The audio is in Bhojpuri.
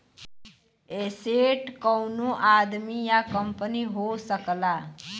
एसेट कउनो आदमी या कंपनी हो सकला